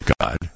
God